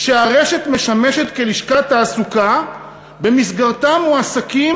"שהרשת משמשת כלשכת תעסוקה שבמסגרתה מועסקים